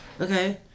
okay